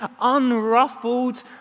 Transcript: unruffled